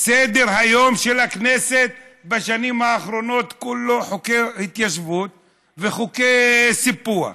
סדר-היום של הכנסת בשנים האחרונות כולו חוקי התיישבות וחוקי סיפוח.